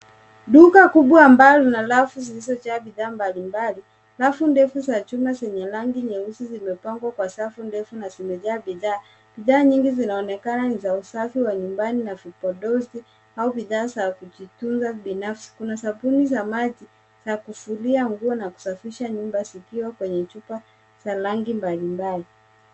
Duka kubwa ambalo lina rafu zilizojaa bidhaa mbali mbali. Rafu ndefu za chuma zenye rangi nyeusi zimepangwa kwa safu ndefu na zimejaa bidhaa. Bidhaa nyingi zinaonekana ni za usafi wa nyumbani , vipodozi au vifaa vya kujifunzia binafsi. Kuna sabuni za maji za kufulia nguo na kusafisha nyumba zikiwa kwenye chupa za rangi mbali mbali.